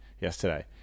yesterday